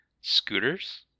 scooters